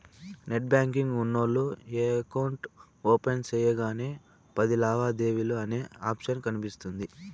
net banking ఉన్నోల్లు account open సెయ్యగానే పది లావాదేవీలు అనే ఆప్షన్ కనిపిస్తుంది